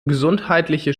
gesundheitliche